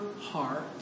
heart